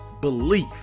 belief